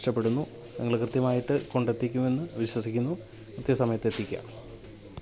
ഇഷ്ടപ്പെടുന്നു നിങ്ങൾ കൃത്യമായിട്ട് കൊണ്ടെത്തിക്കുമെന്ന് വിശ്വസിക്കുന്നു കൃത്യ സമയത്ത് എത്തിക്കുക